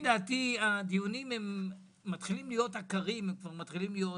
יש דיון שאמור להתחיל שמשותף